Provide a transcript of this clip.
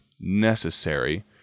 necessary